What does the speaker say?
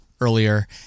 earlier